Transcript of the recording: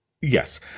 Yes